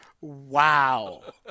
Wow